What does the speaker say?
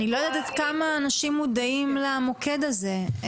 אני לא יודעת עד כמה אנשים מודעים למוקד הזה.